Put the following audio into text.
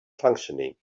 functioning